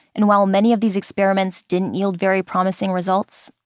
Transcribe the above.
and while many of these experiments didn't yield very promising results,